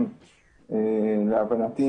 להבנתי,